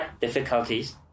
difficulties